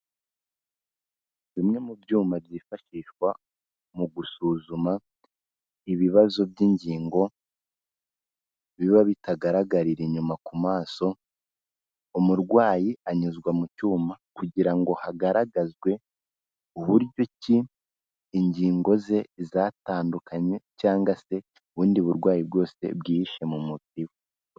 Bimwe mu byuma byifashishwa mu gusuzuma ibibazo by'ingingo, biba bitagaragarira inyuma ku maso, umurwayi anyuzwa mu cyuma kugira ngo hagaragazwe uburyo ki ingingo ze zatandukanye cyangwa se ubundi burwayi bwose bwihishe mu mubiri we.